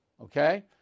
Okay